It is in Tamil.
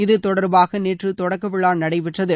இது தொடர்பாக நேற்று தொடக்க விழா நடைபெற்றது